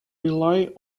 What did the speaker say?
rely